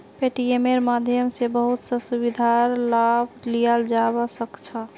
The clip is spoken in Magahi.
पेटीएमेर माध्यम स बहुत स सुविधार लाभ लियाल जाबा सख छ